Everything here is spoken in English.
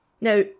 Now